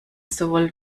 sowohl